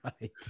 right